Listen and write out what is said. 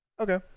okay